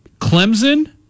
Clemson